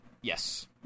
Yes